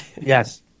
Yes